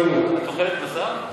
את אוכלת בשר?